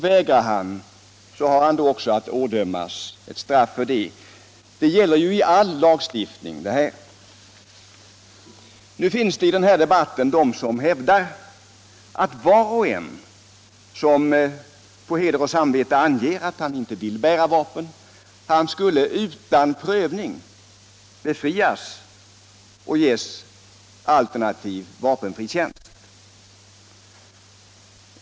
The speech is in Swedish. Vägrar han, ådöms han ett straff. Detsamma gäller ju i all lagstiftning i vårt land. I den här debatten hävdas på en del håll att var och en som på heder och samvete anger att han inte kan bära vapen utan prövning skulle erhålla vapenfri tjänst.